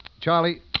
Charlie